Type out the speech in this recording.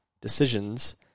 decisions